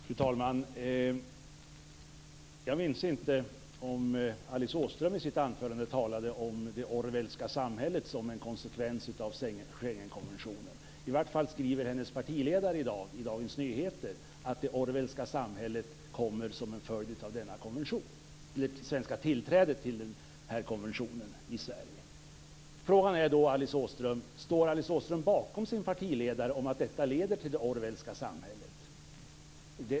Fru talman! Jag minns inte om Alice Åström i sitt anförande talade om det Orwellska samhället som en konsekvens av Schengenkonventionen. I varje fall skriver hennes partiledare i dag i Dagens Nyheter att det Orwellska samhället kommer som en följd av det svenska tillträdet till denna konvention. Frågan är då om Alice Åström står bakom sin partiledare. Leder detta till det Orwellska samhället?